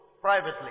privately